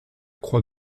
croix